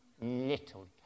Little